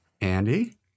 Andy